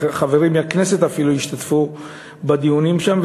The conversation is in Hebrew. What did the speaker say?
אפילו חברים מהכנסת השתתפו בדיונים שם,